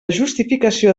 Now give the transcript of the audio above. justificació